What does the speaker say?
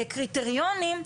קריטריונים,